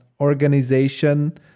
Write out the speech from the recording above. organization